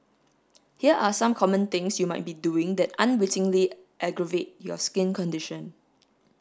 here are some common things you might be doing that unwittingly aggravate your skin condition